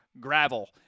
gravel